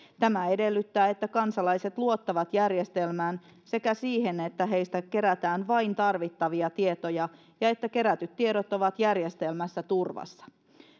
tämä edellyttää että kansalaiset luottavat järjestelmään sekä siihen että heistä kerätään vain tarvittavia tietoja ja että kerätyt tiedot ovat järjestelmässä turvassa